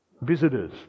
Visitors